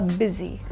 busy